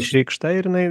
išreikšta ir jinai